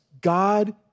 God